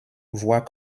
voit